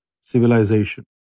civilization